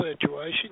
situation